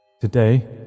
Today